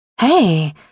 Hey